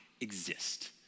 exist